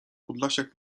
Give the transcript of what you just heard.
podlasiak